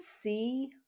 see